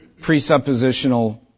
presuppositional